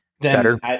better